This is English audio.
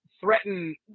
threaten